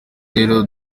rero